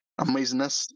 amazingness